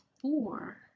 four